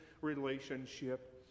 relationship